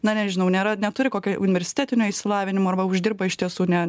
na nežinau nėra neturi kokio universitetinio išsilavinimo arba uždirba iš tiesų ne